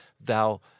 Thou